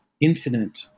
infinite